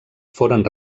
foren